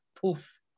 poof